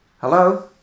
Hello